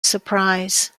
surprise